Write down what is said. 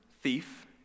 thief